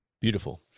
Beautiful